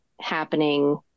happening